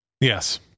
Yes